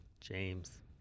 James